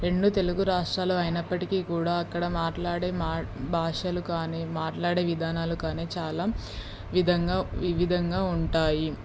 రెండు తెలుగు రాష్ట్రాలు అయినప్పటికీ కూడా అక్కడ మాట్లాడే మా భాషలు కానీ మాట్లాడే విధానాలు కానీ చాలా విధంగా వివిధంగా ఉంటాయి